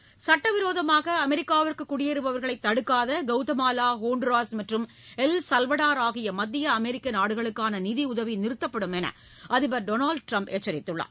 இருவரிச்செய்திகள் சட்ட விரோதமாக அமெரிக்காவுக்கு குடியேறபவர்களை தடுக்காத கவுதமாலா ஹோண்டுராஸ் மற்றும் எல் சல்வடார் ஆகிய மத்திய அமெரிக்க நாடுகளுக்கான நிதியுதவி நிறுத்தப்படும் என அதிபர் திரு டொனால்ட் ட்ரம்ப் தெரிவித்துள்ளார்